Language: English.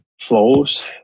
flows